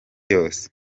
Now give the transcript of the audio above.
yose